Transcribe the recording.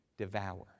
devour